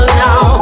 now